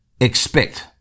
expect